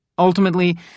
Ultimately